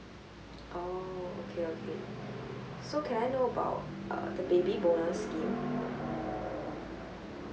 oh okay okay so can I know about uh the baby bonus scheme